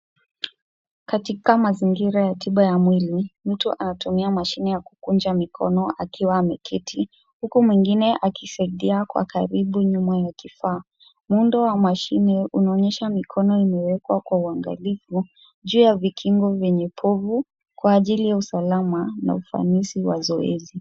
Katika mazingira ya tiba ya mwili, mtu anatumia mashine ya kukunja mikono akiwa ameketi. Huku mwingine akisaidia kwa karibu nyuma ya kifaa. Muundo wa mashine unaonyesha mikono imewekwa kwa uangalifu juu ya vikingo vyenye povu kwa ajili ya usalama na ufanisi wa zoezi.